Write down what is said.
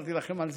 סיפרתי לכם על זה,